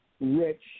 rich